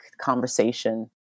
conversation